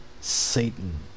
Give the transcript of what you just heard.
Satan